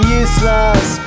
useless